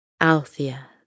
Althea